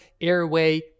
airway